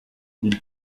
ils